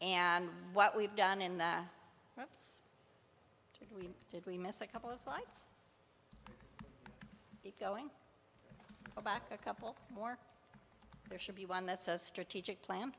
and what we've done in the we did we miss a couple of slides going back a couple more there should be one that's a strategic plan